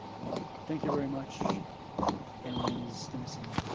no? thank you very much ms. stimpson.